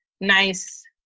nice